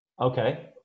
Okay